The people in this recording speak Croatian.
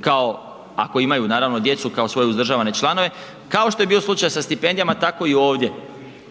kao, ako imaju naravno djecu kao svoje uzdržavane članove, kao što je bio slučaj sa stipendijama, tako i ovdje,